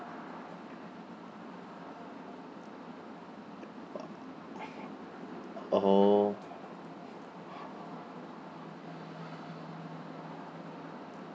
orh